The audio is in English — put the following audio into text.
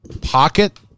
pocket